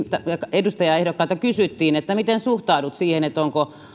edustajaehdokkailta kysyttiin että miten suhtaudut siihen onko